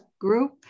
group